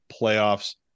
playoffs